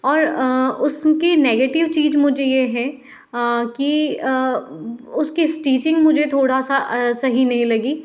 और उसकी नेगेटिव चीज मुझे ये है की उसकी स्टिचिंग मुझे थोड़ा सा सही नहीं लगी